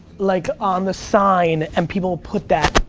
like on the sign, and people will put that,